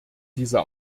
dieser